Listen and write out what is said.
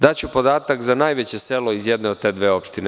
Daću podatak za najveće selo iz jedne od te dve opštine.